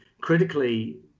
critically